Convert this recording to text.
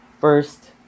first